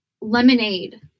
Lemonade